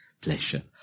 pleasure